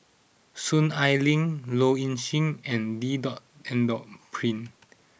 Soon Ai Ling Low Ing Sing and D dot N dot Pritt